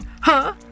Huh